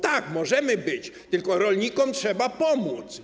Tak, możemy być, tylko rolnikom trzeba pomóc.